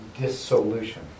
Dissolution